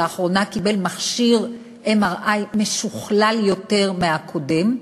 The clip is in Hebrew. שלאחרונה קיבל מכשיר MRI משוכלל יותר מהקודם,